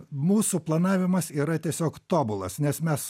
mūsų planavimas yra tiesiog tobulas nes mes